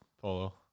polo